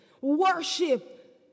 worship